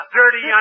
dirty